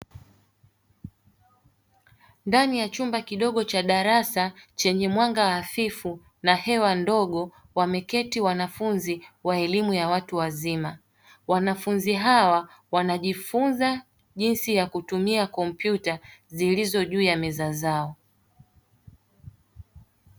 Ndani ya chumba kidogo cha darasa chenye mwanga afifu na hewa ndogo wameketi wanafunzi wa elimu ya watu wazima, wanafunzi hawa wanajifunza jinsi ya kutumia kompyuta zilizo juu ya meza zao.